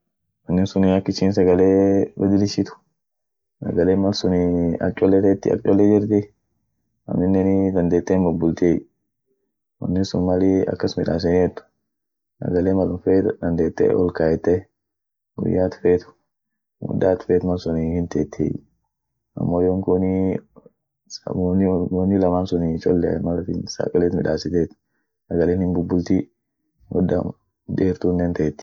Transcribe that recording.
Woni sunii ak ishin sagalee badilishit, sagale malsunii ak cholle teeti ak cholle jirti, aminenii dandeete hin bubultiey, woni sun mali akas midaseniet sagale malum feet dandeete ol kaete, guya at feet, mudda at feet mal sunii hinteetiey, amo yonkunii samuni-woni laman suni cholleay mal atin sagalet midasitet sagalen hin bubulti mudda deertunen hinteet.